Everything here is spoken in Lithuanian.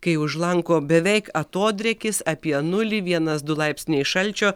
kai už lanko beveik atodrėkis apie nulį vienas du laipsniai šalčio